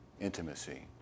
intimacy